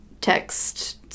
text